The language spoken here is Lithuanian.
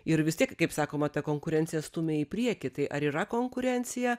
ir vis tiek kaip sakoma ta konkurencija stumia į priekį tai ar yra konkurencija